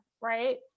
right